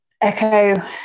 echo